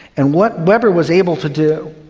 and what webber was able to do